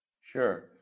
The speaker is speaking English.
Sure